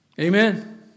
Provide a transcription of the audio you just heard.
Amen